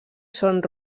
són